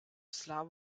slab